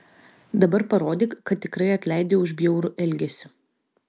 dabar parodyk kad tikrai atleidi už bjaurų elgesį